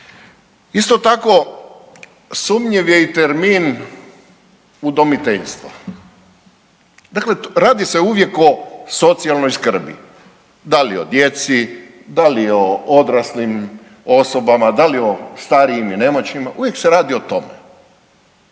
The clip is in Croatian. Isto tako sumnjiv je i termin udomiteljstva. Dakle, radi se uvijek o socijalnoj skrbi, da li o djeci, da li o odraslim osobama, da li o starijim i nemoćnim, uvijek se radi o tome.